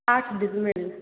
आठ डिज़मिल